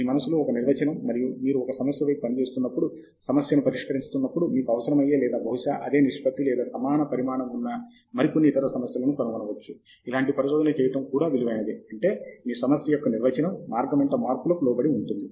మీ మనస్సులో ఒక నిర్వచనం మరియు మీరు ఒక సమస్య వైపు పనిచేస్తున్నప్పుడు సమస్యను పరిష్కరిస్తున్నప్పుడు మీకు అవసరమయ్యే లేదా బహుశా అదే నిష్పత్తి లేదా సమాన పరిమాణం ఉన్న మరి కొన్ని ఇతర సమస్యలను కనుగొనవచ్చు ఇలాంటి పరిశోధన చేయడం కూడా విలువైనదే అంటే మీ సమస్య యొక్క నిర్వచనం మార్గం వెంట మార్పులకు లోబడి ఉంటుంది